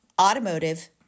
automotive